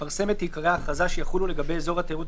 תפרסם את עיקרי ההכרזה שיחולו לגבי אזור התיירות